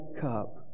cup